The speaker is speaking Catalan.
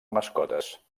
mascotes